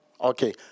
Okay